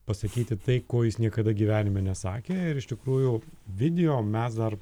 pasakyti tai ko jis niekada gyvenime nesakė ir iš tikrųjų video mes dar